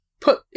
Put